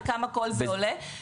וכמה כל זה עולה.